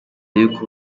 y’uko